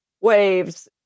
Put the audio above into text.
waves